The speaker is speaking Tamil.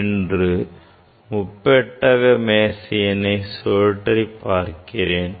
என்று சோதிக்க முப்பெட்டக மேசையினை சுழற்றி பார்க்கிறேன்